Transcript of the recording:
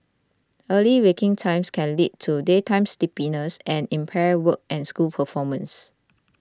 early waking times can lead to daytime sleepiness and impaired work and school performance